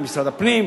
למשרד הפנים,